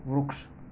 વૃક્ષ